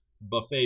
buffet